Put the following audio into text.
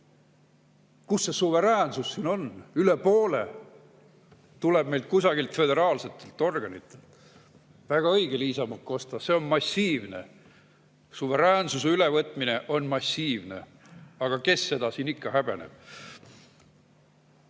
kus see suveräänsus siin on? Üle poole tuleb meile kusagilt föderaalsetelt organitelt. Väga õige, Liisa Pakosta, see on massiivne. Suveräänsuse ülevõtmine on massiivne. Aga kes seda siin ikka häbeneb? Liisa